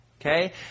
okay